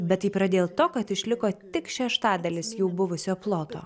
bet taip yra dėl to kad išliko tik šeštadalis jų buvusio ploto